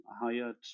hired